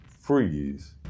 freeze